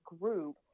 group